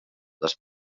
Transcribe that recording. les